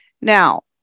Now